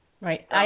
Right